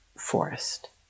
Forest